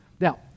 Now